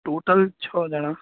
total છ જણા